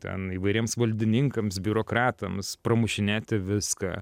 ten įvairiems valdininkams biurokratams pramušinėti viską